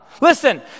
listen